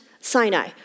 Sinai